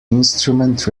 instrument